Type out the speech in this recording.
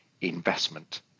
investment